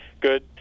Good